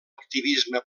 activisme